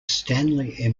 stanley